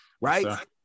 Right